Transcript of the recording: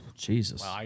Jesus